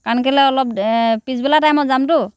কাৰণ কেলৈ অলপ পিছবেলা টাইমত যামতো